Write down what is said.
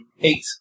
Eight